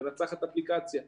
מנצחת אפליקציה חכמה,